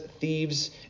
thieves